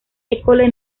école